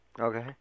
Okay